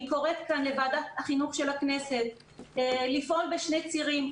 אני קוראת כאן לוועדת החינוך של הכנסת לפעול בשני צירים.